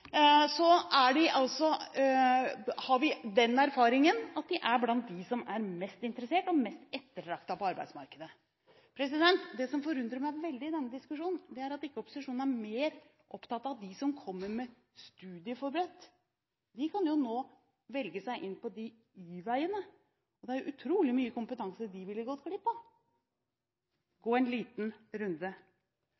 har vi den erfaringen at de er blant de mest interessante og mest ettertraktede på arbeidsmarkedet. Det som forundrer meg veldig i denne diskusjonen, er at opposisjonen ikke er mer opptatt av dem som er studieforberedt. De kan nå velge seg inn på Y-veiene. Det er utrolig mye kompetanse de ville gått glipp av.